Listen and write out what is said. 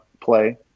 play